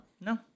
No